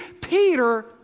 Peter